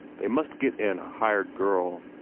they must get in a hired girl.